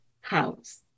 house